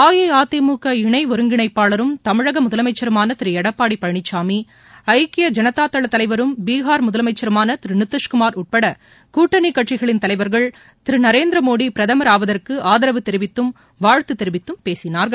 அஇஅதிமுக இணை ஒருங்கிணைப்பாளரும் தமிழக முதலமைச்சருமான திரு எடப்பாடி பழனிசாமி ஐக்கிய ஐனதா தள தலைவரும் பீகார் முதலமைச்சருமான திரு நிதிஷ்குமார் உட்பட கூட்டணிக் கட்சிகளின் தலைவர்கள் திரு நரேந்திர மோடி பிரதமர் ஆவதற்கு ஆதரவு தெரிவித்தும் வாழ்த்து தெரிவித்தும் பேசினார்கள்